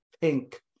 pink